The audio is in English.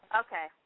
okay